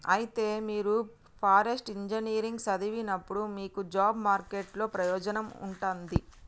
అయితే మీరు forest engineering సదివినప్పుడు మీకు జాబ్ మార్కెట్ లో ప్రయోజనం ఉంటది